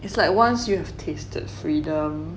it's like once you have tasted freedom